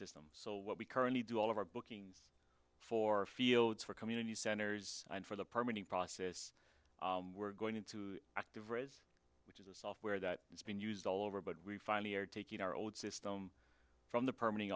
system so what we currently do all of our booking for fields for community centers and for the permanent process we're going into active or is which is a software that has been used all over but we finally are taking our old system from the perm